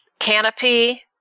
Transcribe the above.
canopy